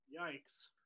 Yikes